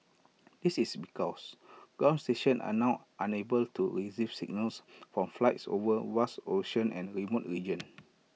this is because ground station are now unable to receive signals from flights over vast ocean and remote region